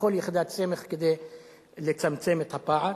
בכל יחידת סמך כדי לצמצם את הפער.